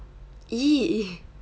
!ee!